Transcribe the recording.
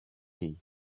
tea